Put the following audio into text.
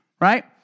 Right